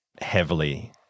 heavily